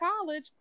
college